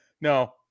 No